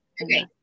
Okay